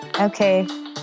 Okay